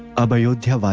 of ayodhya,